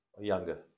Younger